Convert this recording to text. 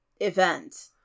event